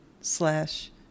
slash